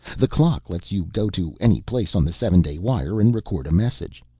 the clock lets you go to any place on the seven day wire and record a message.